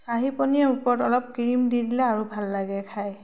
চাহী পনীৰ ওপৰত অলপ ক্ৰীম দি দিলে আৰু ভাল লাগে খাই